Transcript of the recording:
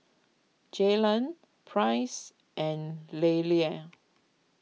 Jaylan Price and Lelia